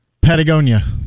Patagonia